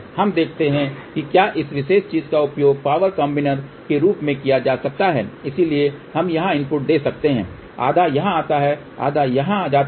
अब देखते हैं कि क्या इस विशेष चीज का उपयोग पावर कॉम्बिनर के रूप में किया जा सकता है इसलिए हम यहां इनपुट दे सकते हैं आधा यहां जाता है आधा यहां जाता है